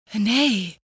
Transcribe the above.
Nay